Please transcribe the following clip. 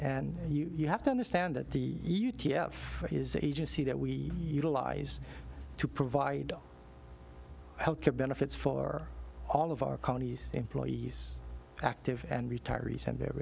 and you have to understand that the e t f for his agency that we utilize to provide health care benefits for all of our counties employees active and retirees and their